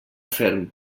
ferm